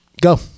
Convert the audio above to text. go